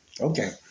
Okay